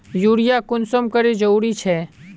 Urea कुंसम करे जरूरी छै?